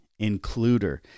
Includer